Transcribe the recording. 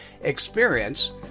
experience